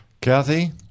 Kathy